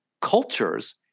cultures